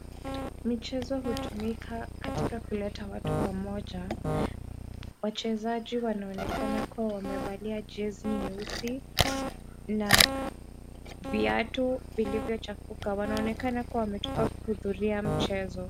Michezo hutumika katika kuleta watu pamoja. Wachezaji wanaonekana kuwa wamevalia jezi nyeusi na viatu vilivyochafuka. Wanaonekana kuwa wametoka kuhudhuria mchezo.